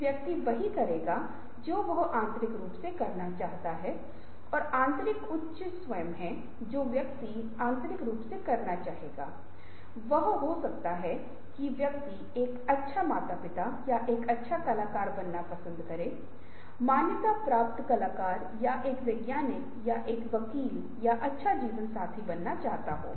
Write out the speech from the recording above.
कुछ संगठनों में यह उदाहरण के लिए कहा जाता है वैज्ञानिक संगठन में जब प्रदर्शन का अनुमान लगाया जाता है तो यह प्रकाशित पत्रों की संख्या दायर किए गए पेटेंटों की संख्या और व्यक्तियों द्वारा प्राप्त किए गए उद्धरणों की संख्या के आधार पर लगाया जाता है